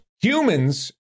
humans